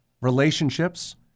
relationships